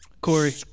Corey